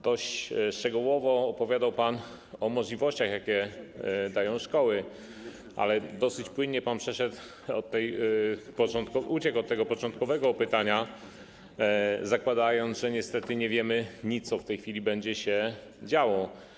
Dość szczegółowo opowiadał pan o możliwościach, jakie dają szkoły, ale dosyć płynnie przeszedł pan, uciekł od tego początkowego pytania, zakładając, że niestety nie wiemy nic, co w tej chwili będzie się działo.